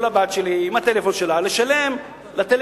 לבת שלי עם הטלפון שלה לשלם לטלוויזיה?